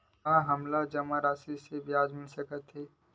का हमन ला जमा राशि से ब्याज मिल सकथे?